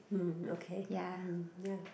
mm okay ya